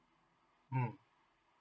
mm